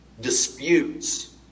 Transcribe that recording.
Disputes